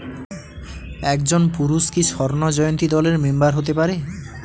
একজন পুরুষ কি স্বর্ণ জয়ন্তী দলের মেম্বার হতে পারে?